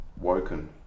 Woken